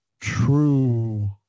true